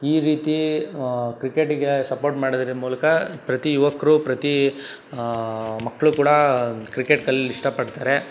ಈ ರೀತಿ ಕ್ರಿಕೆಟಿಗೆ ಸಪೋರ್ಟ್ ಮಾಡುದ್ರ ಮೂಲಕ ಪ್ರತಿ ಯುವಕರೂ ಪ್ರತೀ ಮಕ್ಕಳೂ ಕೂಡ ಕ್ರಿಕೆಟ್ ಕಲೀಲ್ ಇಷ್ಟಪಡ್ತಾರೆ